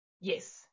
Yes